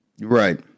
Right